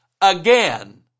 Again